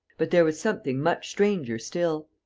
but there was something much stranger still.